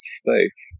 space